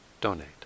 donate